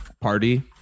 party